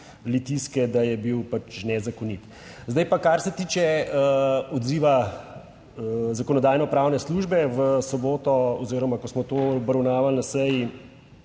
Litijske nezakonit. Zdaj pa kar se tiče odziva Zakonodajno-pravne službe. V soboto oziroma ko smo to obravnavali na seji